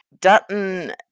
Dutton